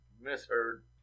Misheard